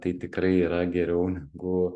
tai tikrai yra geriau negu